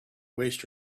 waste